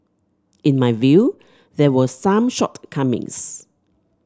in my view there were some shortcomings